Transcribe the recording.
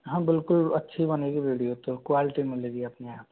हाँ बिल्कुल अच्छी बनेगी वीडियो तो क्वालिटी मिलेगी अपने यहाँ